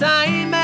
Time